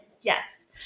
Yes